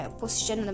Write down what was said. position